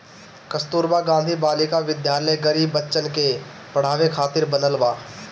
कस्तूरबा गांधी बालिका विद्यालय गरीब बच्चन के पढ़ावे खातिर बनल बा